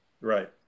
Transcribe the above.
Right